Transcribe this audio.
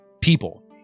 people